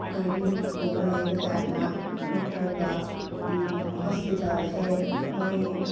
ꯒꯥꯔꯤꯒꯨꯝꯕ ꯂꯩꯕ ꯖꯥꯠꯂ ꯅꯠꯇ꯭ꯔꯒ ꯍꯣꯁꯄꯤꯇꯥꯜꯁꯦ ꯃꯣꯏ